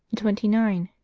twenty nine.